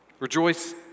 Rejoice